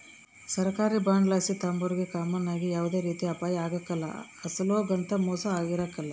ಸರ್ಕಾರಿ ಬಾಂಡುಲಾಸು ತಾಂಬೋರಿಗೆ ಕಾಮನ್ ಆಗಿ ಯಾವ್ದೇ ರೀತಿ ಅಪಾಯ ಆಗ್ಕಲ್ಲ, ಅಸಲೊಗಂತೂ ಮೋಸ ಇರಕಲ್ಲ